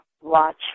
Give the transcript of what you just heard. watch